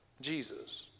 Jesus